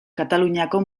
kataluniako